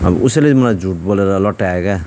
अब उसैले मलाई झुट बोलेर लट्यायो क्या